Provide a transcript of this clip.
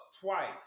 twice